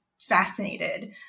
fascinated